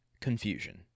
confusion